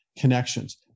connections